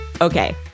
Okay